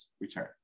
return